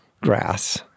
grass